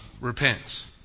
repents